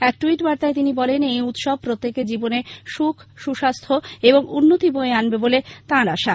এক ট্যইট বার্তায় তিনি বলেন এই উৎসব প্রত্যেকের জীবনে সুখ সুস্বাস্থ্য এবং উন্নতি বয়ে আনবে বলে তাঁর আশা